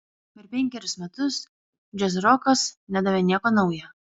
per penkerius metus džiazrokas nedavė nieko nauja